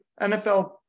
NFL